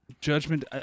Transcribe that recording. Judgment